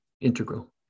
integral